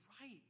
right